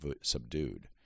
subdued